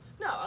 No